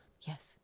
yes